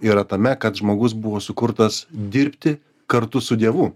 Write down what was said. yra tame kad žmogus buvo sukurtas dirbti kartu su dievu